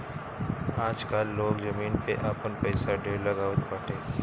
आजकाल लोग जमीन में आपन पईसा ढेर लगावत बाटे